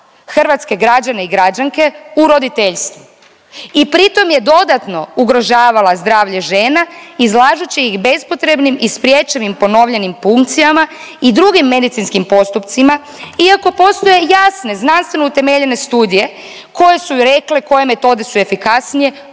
hrvatske građane i građanke u roditeljstvo i pritom je dodatno ugrožavala zdravlje žena izlažući ih bespotrebnim i spriječivim ponovljenim punkcijama i drugim medicinskim postupcima iako postoje jasne znanstveno utemeljene studije koje su joj rekle koje metode su efikasnije